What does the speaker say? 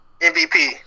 MVP